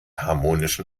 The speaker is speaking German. harmonischen